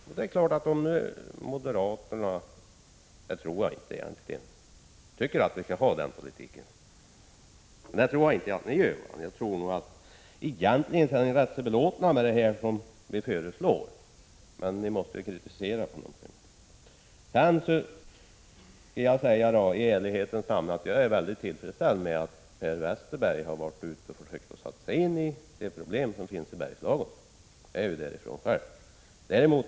Jag tror att ni moderater inte tycker att vi skall föra en sådan politik utan att ni egentligen är rätt belåtna med det vi föreslår. Men ni måste ju kritisera oss för någonting. Jag vill i ärlighetens namn säga att jag är tillfredsställd med att Per Westerberg har varit i Bergslagen och försökt sätta sig in i de problem som där finns. Jag är ju själv därifrån.